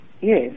yes